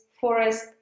forest